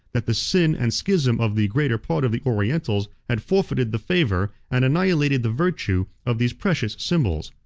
that the sin and schism of the greatest part of the orientals had forfeited the favor, and annihilated the virtue, of these precious symbols.